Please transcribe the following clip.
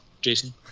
Jason